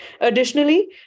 Additionally